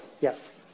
yes